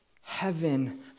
heaven